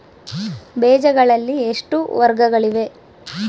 ಬೇಜಗಳಲ್ಲಿ ಎಷ್ಟು ವರ್ಗಗಳಿವೆ?